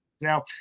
Now